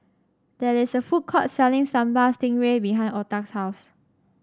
there is a food court selling Sambal Stingray behind Octa's house